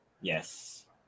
Yes